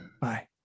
bye